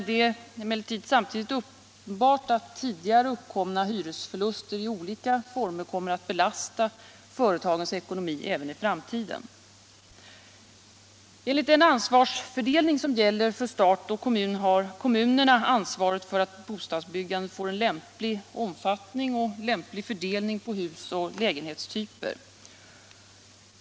Det är emellertid samtidigt uppenbart att tidigare uppkomna hyresförluster i olika former kommer att belasta företagens ekonomi även i framtiden. Enligt den ansvarsfördelning som gäller för stat och kommun har kommunerna ansvaret för att bostadsbyggandet får en lämplig omfattning och lämplig fördelning på husoch lägenhetstyper.